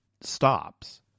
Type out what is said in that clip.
stops